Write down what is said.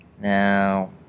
Now